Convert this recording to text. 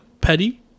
petty